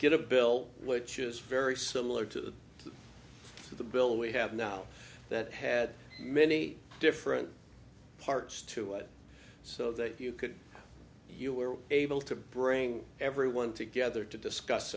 get a bill which is very similar to the bill we have now that had many different parts to it so that you could you were able to bring everyone together to discuss